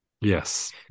Yes